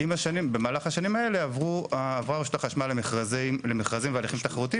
במהלך השנים האלה עברה רשות החשמל למכרזים והליכים תחרותיים,